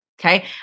okay